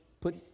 put